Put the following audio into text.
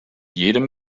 jedem